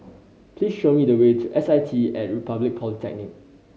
please show me the way to S I T At Republic Polytechnic